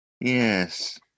Yes